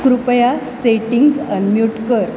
कृपया settings unmute कर